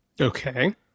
Okay